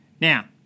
Now